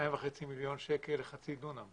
2.5 מיליון שקל לחצי דונם,